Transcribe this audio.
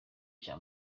cya